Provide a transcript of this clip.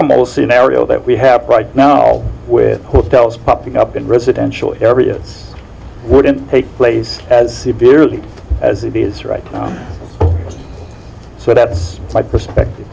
committal scenario that we have right now with hotels popping up in residential areas wouldn't take place as early as it is right so that's my perspective